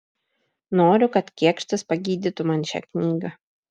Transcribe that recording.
noriu kad kėkštas pagydytų man šią knygą